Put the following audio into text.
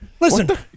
Listen